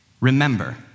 remember